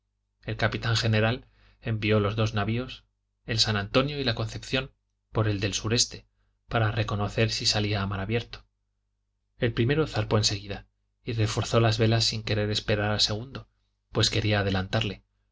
el capitán general envió los dos navios el san antonio y la concepcióny por el del sureste para reconocer si salía a mar abierto el primero zarpó en seguida y reforzó las velas sin querer esperar al segundo pues quería adelantarle